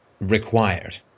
Required